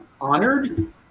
honored